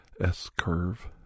S-curve